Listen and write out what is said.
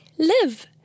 live